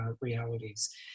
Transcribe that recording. realities